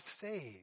saved